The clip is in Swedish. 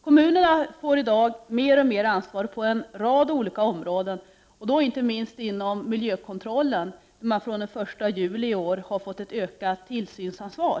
Kommunerna får i dag mer och mer ansvar på en rad olika områden, inte minst när det gäller miljökontrollen. Från den 1 juli i år har de fått ett ökat tillsynsansvar.